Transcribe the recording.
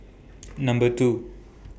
Number two